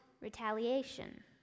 retaliation